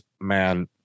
man